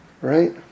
Right